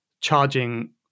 charging